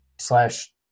slash